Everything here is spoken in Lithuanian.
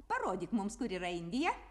parodyk mums kuri yra indija